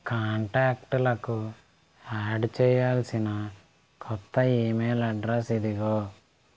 కాంటాక్ట్లకు add చేయాల్సిన క్రొత్త email address ఇదిగో